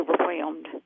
overwhelmed